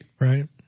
Right